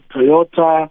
Toyota